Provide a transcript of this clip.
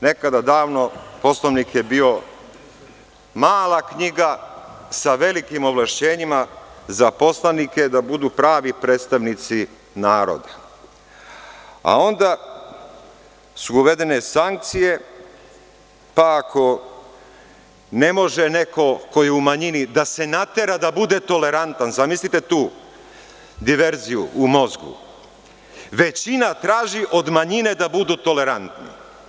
Nekada davno, Poslovnik je bio mala knjiga sa velikim ovlašćenjima za poslanike, da budu pravi predstavnici naroda, a onda su uvedene sankcije, pa ako ne može neko ko je u manjini da se natera da bude tolerantan, zamislite tu diverziju u mozgu, većina traži od manjine da budu tolerantni.